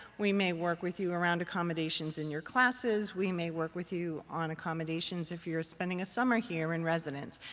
we may work with you around accommodations in your classes. we may work with you on accommodations if you're spending a summer here in residence.